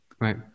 Right